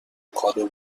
کادو